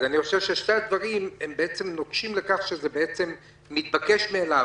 אני חושב ששני הדברים נוקשים לכך שזה בעצם מתבקש מאליו.